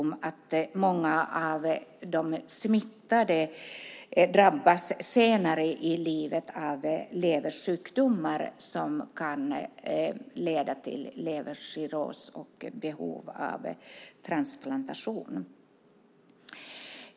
Många av de smittade drabbas senare i livet av leversjukdomar som kan leda till levercirros och behov av transplantation. Det är på så sätt en allvarlig sjukdom.